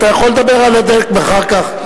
אתה יכול לדבר על הדלק אחר כך.